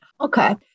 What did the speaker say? Okay